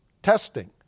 testing